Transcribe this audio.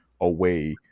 away